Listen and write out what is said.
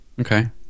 okay